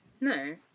No